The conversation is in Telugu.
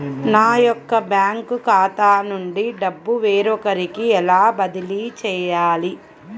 నా యొక్క బ్యాంకు ఖాతా నుండి డబ్బు వేరొకరికి ఎలా బదిలీ చేయాలి?